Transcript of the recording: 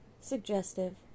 suggestive